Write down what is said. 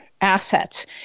assets